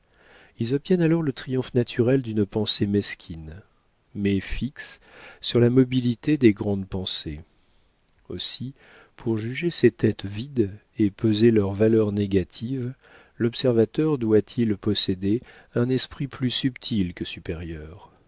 ils obtiennent alors le triomphe naturel d'une pensée mesquine mais fixe sur la mobilité des grandes pensées aussi pour juger ces têtes vides et peser leurs valeurs négatives l'observateur doit-il posséder un esprit plus subtil que supérieur